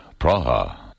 Praha